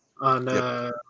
on